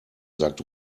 sagt